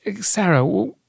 Sarah